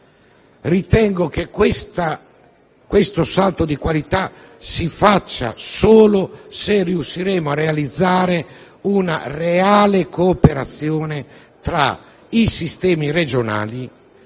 Ritengo che un vero salto di qualità sia possibile solo se riusciremo a realizzare una reale cooperazione tra i sistemi regionali